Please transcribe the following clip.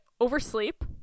oversleep